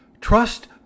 Trust